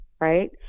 Right